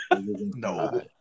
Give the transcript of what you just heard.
No